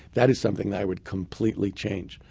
that is something that would completely change.